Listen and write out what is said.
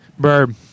Burb